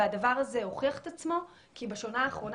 והדבר הזה הוכיח את עצמו כי בשנה האחרונה